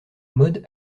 mode